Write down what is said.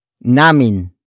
Namin